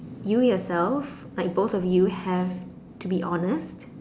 you yourself like both of you have to be honest